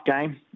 game